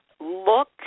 look